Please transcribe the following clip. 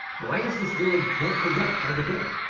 why is this world more corrupt by the day?